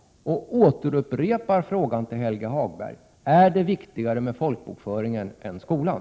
Jag återupprepar min fråga till Helge Hagberg: Är det viktigare med folkbokföringen än med skolan?